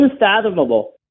unfathomable